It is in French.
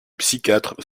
psychiatres